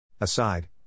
Aside